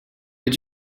did